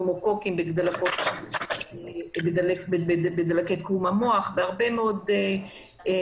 של --- דלקת קרום המוח, בהרבה מאוד נושאים.